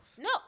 No